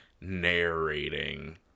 narrating